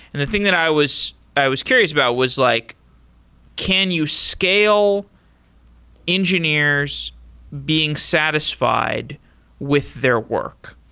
the thing that i was i was curious about was like can use scale engineers being satisfied with their work?